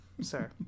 sir